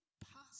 possible